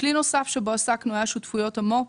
כלי נוסף שבו עסקנו היה שותפויות המו"פ.